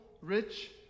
rich